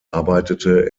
arbeitete